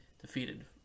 defeated